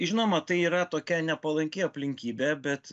žinoma tai yra tokia nepalanki aplinkybė bet